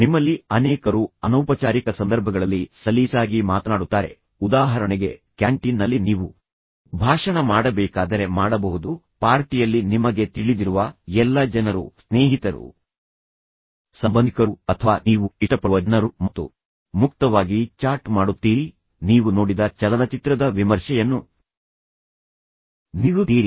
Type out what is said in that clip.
ನಿಮ್ಮಲ್ಲಿ ಅನೇಕರು ಅನೌಪಚಾರಿಕ ಸಂದರ್ಭಗಳಲ್ಲಿ ಸಲೀಸಾಗಿ ಮಾತನಾಡುತ್ತಾರೆ ಉದಾಹರಣೆಗೆ ಕ್ಯಾಂಟೀನ್ನಲ್ಲಿ ನೀವು ಭಾಷಣ ಮಾಡಬೇಕಾದರೆ ಮಾಡಬಹುದು ಪಾರ್ಟಿಯಲ್ಲಿ ನಿಮಗೆ ತಿಳಿದಿರುವ ಎಲ್ಲಾ ಜನರು ಸ್ನೇಹಿತರು ಸಂಬಂಧಿಕರು ಅಥವಾ ನೀವು ಇಷ್ಟಪಡುವ ಜನರು ಮತ್ತು ಮುಕ್ತವಾಗಿ ಚಾಟ್ ಮಾಡುತ್ತೀರಿ ನೀವು ನೋಡಿದ ಚಲನಚಿತ್ರದ ವಿಮರ್ಶೆಯನ್ನು ನೀಡುತ್ತೀರಿ